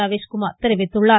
ரவீஸ்குமார் தெரிவித்துள்ளார்